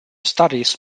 studies